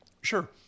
Sure